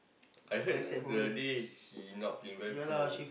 I heard the day he not feeling well because of the